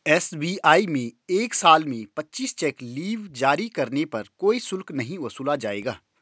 SBI में एक साल में पच्चीस चेक लीव जारी करने पर कोई शुल्क नहीं वसूला जाएगा